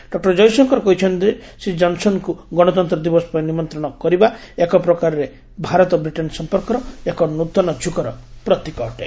ଡଃ ଜୟଶଙ୍କର କହିଛନ୍ତି ଯେ ଶ୍ରୀ ଜନସନଙ୍କୁ ଗଶତନ୍ତ୍ର ଦିବସ ପାଇଁ ନିମନ୍ତ୍ରଣ ଗ୍ହଣ କରିବା ଏକ ପ୍ରକାରରେ ଭାରତ ବିଟେନ ସମ୍ପର୍କର ଏକ ନ୍ତନ ଯୁଗର ପ୍ରତୀକ ଅଟେ